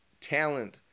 talent